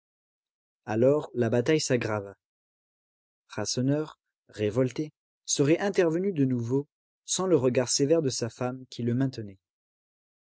alors la bataille s'aggrava rasseneur révolté serait intervenu de nouveau sans le regard sévère de sa femme qui le maintenait